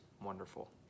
wonderful